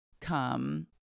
come